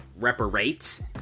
reparate